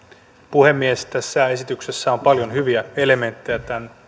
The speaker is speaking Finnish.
puhemies tässä esityksessä on paljon hyviä elementtejä